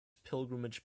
pilgrimage